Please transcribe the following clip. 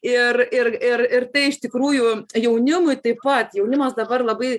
ir ir ir ir tai iš tikrųjų jaunimui taip pat jaunimas dabar labai